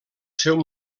seu